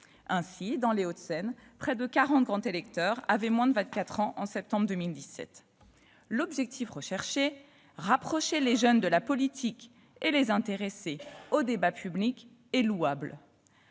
Ainsi, dans les Hauts-de-Seine, près de quarante grands électeurs avaient moins de vingt-quatre ans en septembre 2017. L'objectif recherché- rapprocher les jeunes de la politique et les intéresser au débat public -est louable.